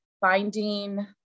finding